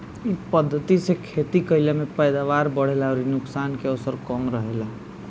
इ पद्धति से खेती कईला में पैदावार बढ़ेला अउरी नुकसान के अवसर कम रहेला